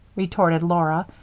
retorted laura,